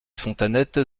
fontanettes